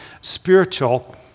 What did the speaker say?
spiritual